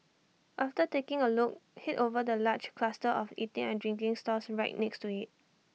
after taking A look Head over the large cluster of eating and drinking stalls right next to IT